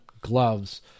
gloves